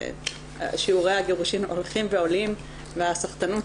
שיעורי הגירושין הולכים ועולים והסחטנות